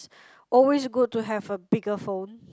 always good to have a bigger phone